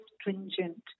stringent